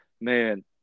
man